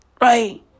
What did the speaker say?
Right